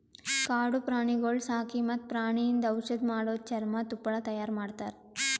ಕಾಡು ಪ್ರಾಣಿಗೊಳ್ ಸಾಕಿ ಮತ್ತ್ ಪ್ರಾಣಿಯಿಂದ್ ಔಷಧ್ ಮಾಡದು, ಚರ್ಮ, ತುಪ್ಪಳ ತೈಯಾರಿ ಮಾಡ್ತಾರ